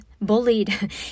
bullied